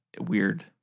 weird